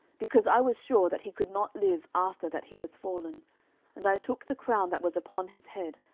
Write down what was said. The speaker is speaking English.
because i was sure that he could not live after that he was fallen and i took the crown that was upon his head,